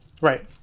Right